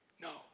no